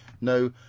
no